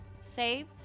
save